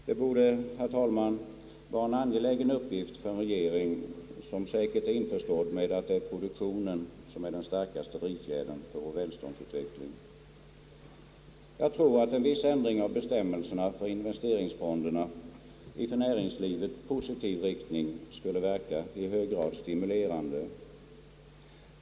Detta borde, herr talman, vara en angelägen uppgift för en regering som säkert är införstådd med att det är produktionen som är den starkaste drivfjädern för vår välståndsutveckling. Jag tror att en viss ändring av bestämmelserna för investeringsfonderna i för näringslivet positiv riktning skulle verka i hög grad stimulerande.